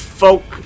folk